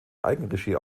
eigenregie